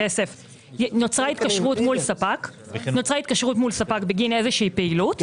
נוצרה התקשרות מול ספק בגין איזושהי פעילות,